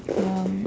um